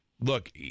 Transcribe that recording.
look